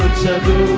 children